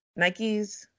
Nikes